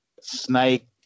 snake